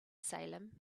salem